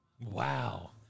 Wow